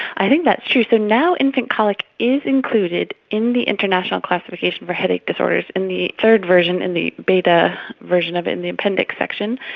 i think that's true. so now infant colic is included in the international classification for headache disorders in the third version, in the beta version of it in the appendix section,